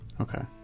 Okay